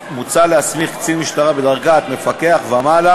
מוצע להסמיך קצין משטרה בדרגת מפקח ומעלה